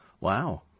Wow